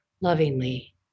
lovingly